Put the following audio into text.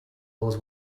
always